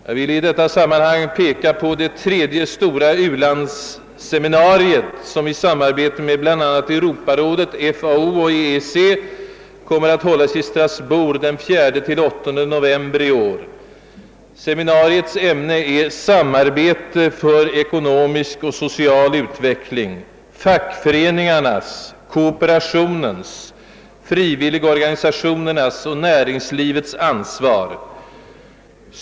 Jag vill i detta sammanhang peka på det tredje stora u-landsseminariet, som i samarbete med bl.a. Europarådet, FAO och EEC kommer att hållas .i Strasbourg den 4—38 november i år. Seminariets ämne är »Samarbete för ekonomisk och social utveckling — fackföreningarnas, kooperationens, frivilligorganisationernas och näringslivets ansvar».